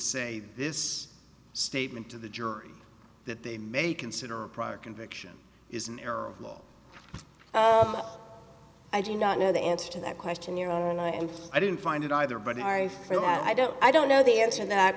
say this statement to the jury that they may consider a prior conviction is an error of law i do not know the answer to that question your own i didn't find it either but i feel that i don't i don't know the answer that